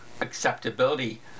acceptability